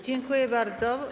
Dziękuję bardzo.